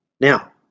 Now